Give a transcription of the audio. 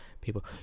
people